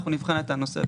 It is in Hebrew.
אנחנו נבחן את הנושא.